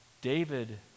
David